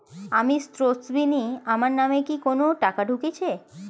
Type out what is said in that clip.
আমি স্রোতস্বিনী, আমার নামে কি কোনো টাকা ঢুকেছে?